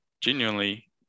genuinely